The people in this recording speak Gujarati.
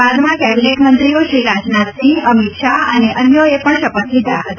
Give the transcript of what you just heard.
બાદમાં કેબિનેટ મંત્રીઓ શ્રી રાજનાથસિંહ અમીત શાહ અને અન્યોએ પણ શપથ લીધા હતા